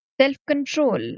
Self-control